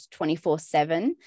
24-7